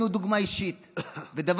דבר